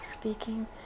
speaking